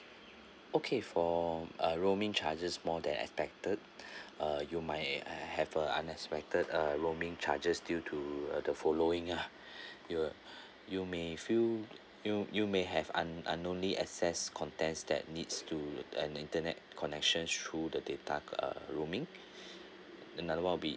okay for uh roaming charges more than expected uh you might have a unexpected uh roaming charges due to uh the following ah you uh you may feel you you may have un~ unknownly access contents that needs to an internet connection through the data uh rooming another one will be